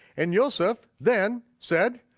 and yoseph then said,